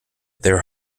their